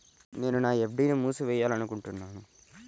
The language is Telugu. నేను నా ఎఫ్.డీ ని మూసివేయాలనుకుంటున్నాను